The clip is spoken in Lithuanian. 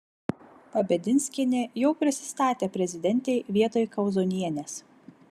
pabedinskienė jau prisistatė prezidentei vietoj kauzonienės